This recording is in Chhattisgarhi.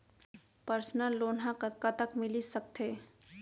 पर्सनल लोन ह कतका तक मिलिस सकथे?